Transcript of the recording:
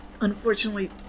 Unfortunately